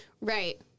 Right